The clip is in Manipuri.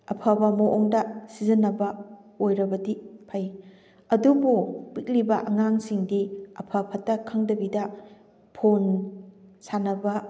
ꯑꯐꯕ ꯃꯑꯣꯡꯗ ꯁꯤꯖꯟꯅꯕ ꯑꯣꯏꯔꯕꯗꯤ ꯐꯩ ꯑꯗꯨꯕꯨ ꯄꯤꯛꯂꯤꯕ ꯑꯉꯥꯡꯁꯤꯡꯗꯤ ꯑꯐ ꯐꯠꯇ ꯈꯪꯗꯕꯤꯗ ꯐꯣꯟ ꯁꯥꯟꯅꯕ